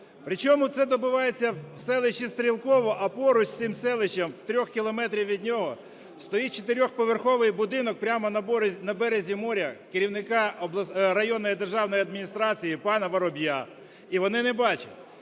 Причому це добувається в селищі Стрілкове. А поруч із цим селищем, у трьох кілометрах від нього, стоїть чотириповерховий будинок прямо на березі моря керівника районної державної адміністрації пана Вороб'я. І вони не бачать!